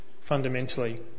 fundamentally